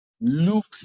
look